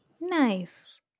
Nice